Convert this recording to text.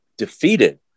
defeated